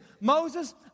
Moses